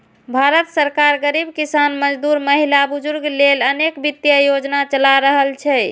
भारत सरकार गरीब, किसान, मजदूर, महिला, बुजुर्ग लेल अनेक वित्तीय योजना चला रहल छै